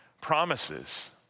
promises